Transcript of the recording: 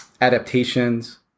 adaptations